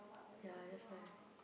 ya that's why